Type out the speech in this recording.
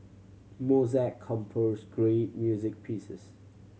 Mozart composed great music pieces